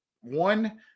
one